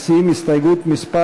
מציעים הסתייגות מס'